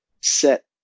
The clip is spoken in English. set